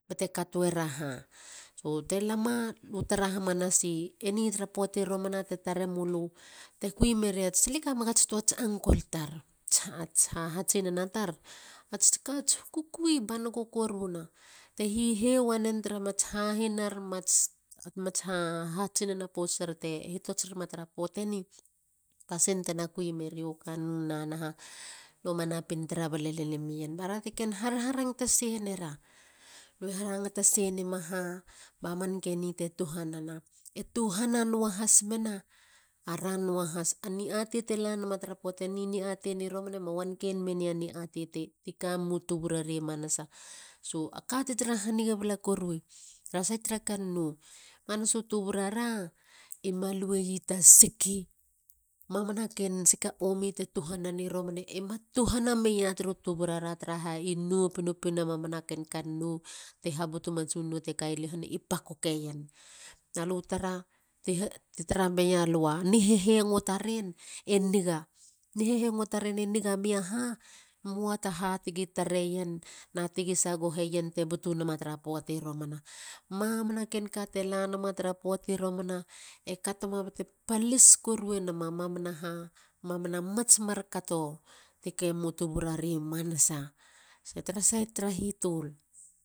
Bate katoweiera ha. so. te lama. lu tara hamanasi eni tra poati romana te taramulu. le kamegats tuats uncle tar. ats kats kukui. banoko koruna. te hihe wwene tra mats hahinar. mats hatsinana pouts tar te hihots ruma tra poate ni,. Pasin te kui meria kannou na ha luma napin taara balalel e mien. bara. raa te harharangatasi nera ha. ba man keni te butuna. tuhanana. E tuhana nuahas mena are mua has a niatei te lanama tra poate ni. Ni atei ni romana e ma wanken mena niatei ti ka miu tuuburare manasa. a kati tara haniga bala korumi tra saitt tra kannou. manasu tuburara. ema luei ta siki. mamana ken sika omi te tuhana ni romana ema tuhana meia turu tuburara. tara ha. i nou pinpina mamanaken kannou te habutuma tsunono. i pakokeien. Ni hehengoo taren e niga. Ni hehengo taren e niga meie ha. e moata haa tigi tareien na tigi sagoheien te butu nama tra poati romana. Mamana ken kate butu nama tra poati romana e katoma bate palis korue nama mamana mats mar kato ti ke mo tuburarei manasa. So tra sait tra hitul.